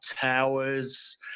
towers